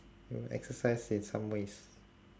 we will exercise in some ways